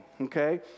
okay